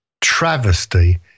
travesty